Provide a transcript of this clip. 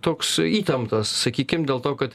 toks įtemptas sakykim dėl to kad